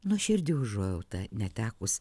nuoširdi užuojauta netekus